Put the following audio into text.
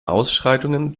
ausschreitungen